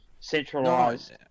centralized